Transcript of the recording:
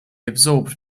absorbed